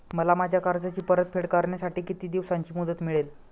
मला माझ्या कर्जाची परतफेड करण्यासाठी किती दिवसांची मुदत मिळेल?